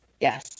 yes